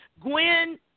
Gwen